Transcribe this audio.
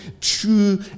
true